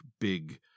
big